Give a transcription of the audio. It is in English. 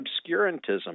obscurantism